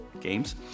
games